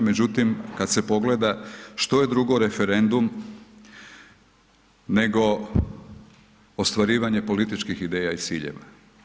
Međutim kad se pogleda što je drugo referendum nego ostvarivanje političkih ideja i ciljeva.